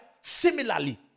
Similarly